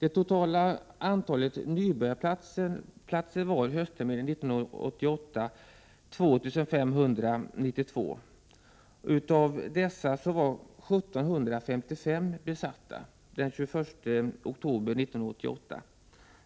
Det totala antalet nybörjarplatser var 2 592 höstterminen 1988. Utav dessa var 1755 besatta den 21 oktober 1988. Av